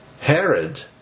Herod